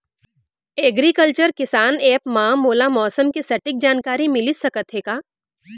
Agriculture Kisan app मा मोला मौसम के सटीक जानकारी मिलिस सकत हे का?